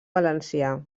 valencià